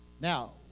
now